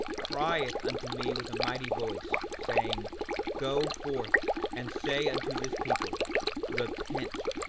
crieth unto me with a mighty voice, saying go forth and say unto this people repent,